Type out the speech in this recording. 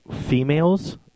females